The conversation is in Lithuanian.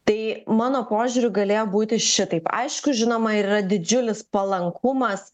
tai mano požiūriu galėjo būti šitaip aišku žinoma ir yra didžiulis palankumas